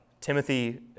Timothy